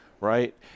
Right